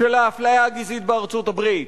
של האפליה הגזעית בארצות-הברית,